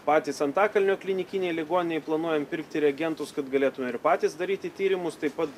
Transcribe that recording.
patys antakalnio klinikinėj ligoninėj planuojam pirkti reagentus kad galėtume ir patys daryti tyrimus taip pat